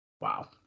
Wow